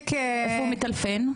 מה הכתובת?